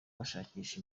bashakisha